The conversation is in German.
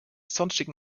sonstigen